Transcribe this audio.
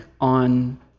on